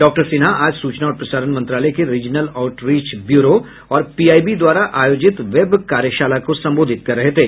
doctor Sinha आज सूचना और प्रसारण मंत्रालय के रिजनल आउटरीच ब्यूरो और पीआईबी द्वारा आयोजित वेब कार्यशाला को संबोधित कर रहे थे